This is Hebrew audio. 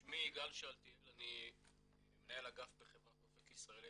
אני מנהל אגף בחברת אופק ישראלי,